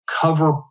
cover